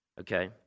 Okay